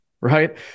right